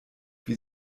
wie